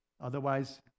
Otherwise